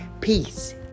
Peace